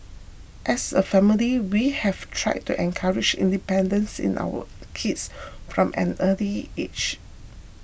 as a family we have tried to encourage independence in our kids from an early age